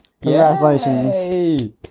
Congratulations